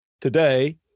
today